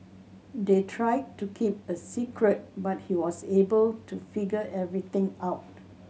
they tried to keep a secret but he was able to figure everything out